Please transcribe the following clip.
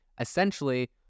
essentially